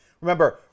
Remember